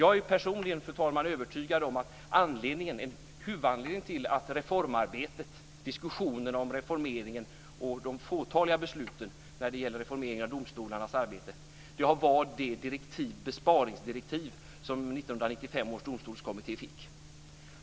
Jag är personligen övertygad om att en huvudanledning till att reformarbetet ser ut som det gör - diskussionerna om reformeringen och de fåtaliga besluten om reformeringen av domstolarnas arbete - är det besparingsdirektiv som 1995 års domstolskommitté fick.